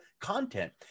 content